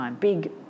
big